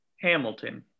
Hamilton